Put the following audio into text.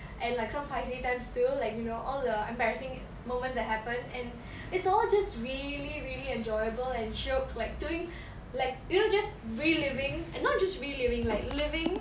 and like so paiseh times too like you know all the embarrassing moments that happen and it's all just really really enjoyable and shiok like doing like you know just reliving and not just reliving like living